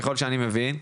ככל שאני מבין,